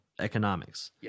economics